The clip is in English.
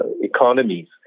economies